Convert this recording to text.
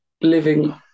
living